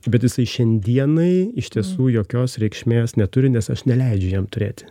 bet jisai šiandienai iš tiesų jokios reikšmės neturi nes aš neleidžiu jam turėti